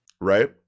right